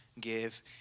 give